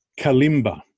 kalimba